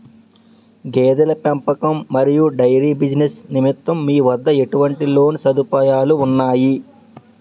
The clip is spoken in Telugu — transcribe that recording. గేదెల పెంపకం మరియు డైరీ బిజినెస్ నిమిత్తం మీ వద్ద ఎటువంటి లోన్ సదుపాయాలు ఉన్నాయి?